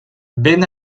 ben